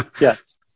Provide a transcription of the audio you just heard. Yes